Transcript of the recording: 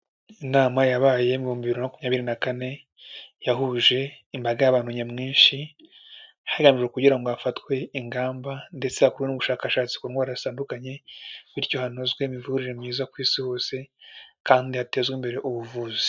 Inama yabaye mu bihumbi bibiri na makumyabiri na kane, yahuje imbaga y'abantu nyamwinshi hagamijwe kugira ngo hafatwe ingamba ndetse hakorwe ubushakashatsi ku ndwara zitandukanye bityo hanozwe imivurire myiza ku isi hose kandi hatezwe imbere ubuvuzi.